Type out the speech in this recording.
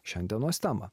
šiandienos temą